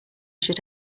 should